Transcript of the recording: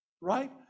right